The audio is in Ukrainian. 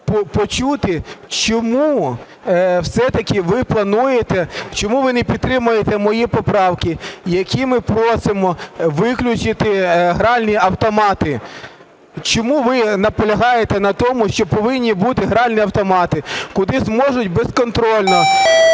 почути, чому все-таки ви плануєте, чому ви не підтримуєте мої поправки, якими просимо виключити гральні автомати. Чому ви наполягаєте на тому, що повинні бути гральні автомати, куди зможуть безконтрольно